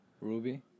Ruby